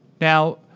Now